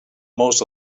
most